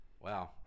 Wow